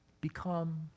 become